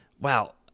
wow